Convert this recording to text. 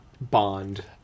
Bond